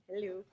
Hello